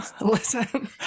listen